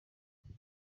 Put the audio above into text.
twari